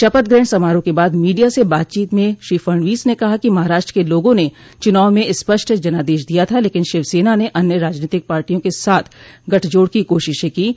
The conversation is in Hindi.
शपथ ग्रहण समारोह के बाद मीडिया से बातचीत में श्री फडणवीस ने कहा कि महाराष्ट्र के लोगों ने चुनाव में स्पष्ट जनादेश दिया था लेकिन शिवसेना ने अन्य राजनीतिक पार्टियों के साथ गठजोड़ की कोशिशें कीं